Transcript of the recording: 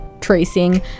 tracing